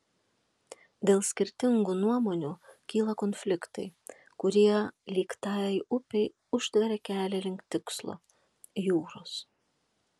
dėl skirtingų nuomonių kyla konfliktai kurie lyg tai upei užtveria kelią link tikslo jūros